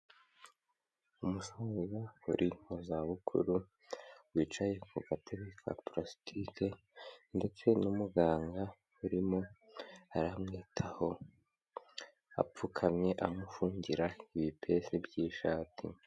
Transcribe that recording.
Umusaza uri mu zabukuru, wicaye ku gatebe ka palasitike ndetse n'umuganga urimo aramwitaho, apfukamye amufungira ibipesu by'ishati.